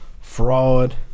Fraud